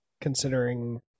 considering